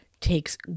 takes